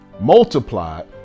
multiplied